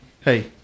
Hey